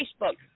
Facebook